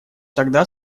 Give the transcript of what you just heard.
тогда